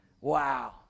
Wow